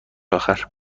آخر